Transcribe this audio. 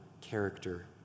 character